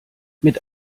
mit